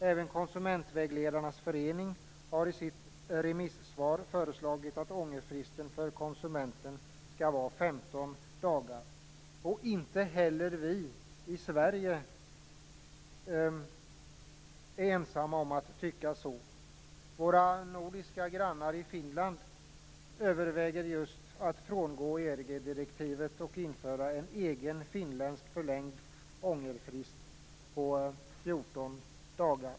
Även konsumentvägledarnas förening har i sitt remissvar föreslagit att ångerfristen för konsumenten skall vara 15 dagar. Inte heller är vi i Sverige ensamma om att tycka så. Våra nordiska grannar i Finland överväger just att frångå EG direktivet och införa en egen finländsk förlängd ångerfrist på 14 dagar.